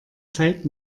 zeit